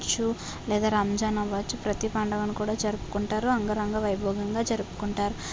అవ్వచ్చు లేదా రంజాన్ అవ్వచ్చు ప్రతి పండగను కూడా జరుపుకుంటారు అంగరంగ వైభవంగా జరుపుకుంటారు